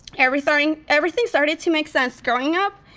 everything everything started to make sense. growing up,